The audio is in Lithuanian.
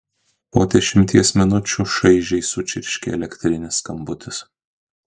po dešimties minučių šaižiai sučirškė elektrinis skambutis